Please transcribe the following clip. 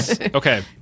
Okay